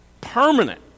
permanent